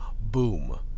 Boom